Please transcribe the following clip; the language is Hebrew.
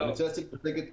אני רוצה להציג מצגת קצרה.